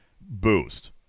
boost